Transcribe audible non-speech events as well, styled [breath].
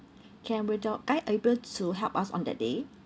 [breath] can will your guy able to help us on that day